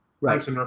right